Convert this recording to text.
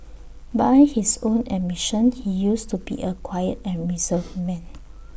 by his own admission he used to be A quiet and reserved man